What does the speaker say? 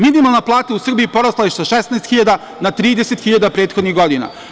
Minimalna plata u Srbiji porasla je sa 16.000 na 30.000 prethodnih godina.